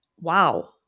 wow